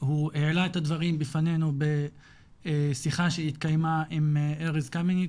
הוא העלה את הדברים בפנינו בשיחה שהתקיימה עם ארז קמיניץ,